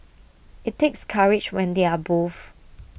IT takes courage when they are both